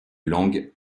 langue